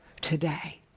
today